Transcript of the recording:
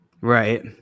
Right